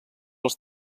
els